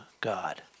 God